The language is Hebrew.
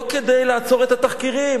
לא כדי לעצור את התחקירים.